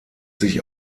sich